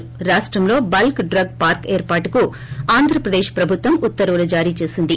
ి రాష్టంలో bulk drug park ఏర్పాటుకు ఆంధ్రప్రదేశ్ ప్రభుత్వం ఉత్తర్వులు జారీ చేసింది